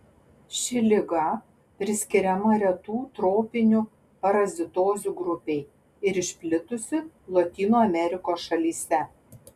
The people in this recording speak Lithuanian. ši liga priskiriama retų tropinių parazitozių grupei ir išplitusi lotynų amerikos šalyse